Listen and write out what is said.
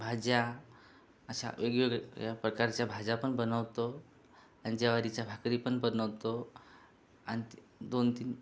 भाज्या अशा वेगवेगळे या प्रकारच्या भाज्या पण बनवतो आणि ज्वारीच्या भाकरी पण बनवतो आणि दोन तीन